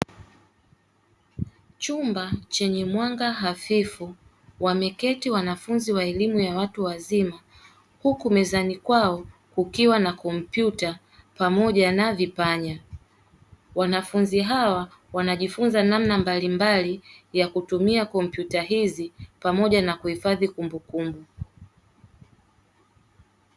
Chumba chenye mwanga hafifu wameketi wanafunzi wa elimu ya watu wazima, huku mezani kwao kukiwa na kompyuta pamoja na vipanya. Wanafunzi hawa wanajifunza namna mbalimbali ya kutumia kompyuta hizi, pamoja na kuhifadhi kumbukumbu.